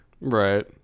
Right